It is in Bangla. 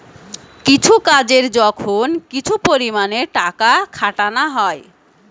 কিছু কাজে যখন কিছু পরিমাণে টাকা খাটানা হয়